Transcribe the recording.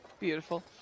Beautiful